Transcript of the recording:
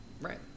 Right